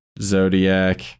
zodiac